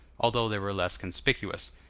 although they were less conspicuous.